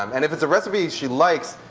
um and if it's a recipe she likes,